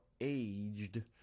aged